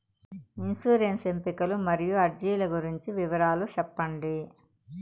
insurance ఎంపికలు మరియు అర్జీల గురించి వివరాలు సెప్పండి